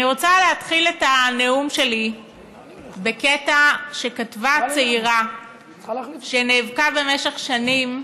אני רוצה להתחיל את הנאום שלי בקטע שכתבה צעירה שנאבקה במשך שנים,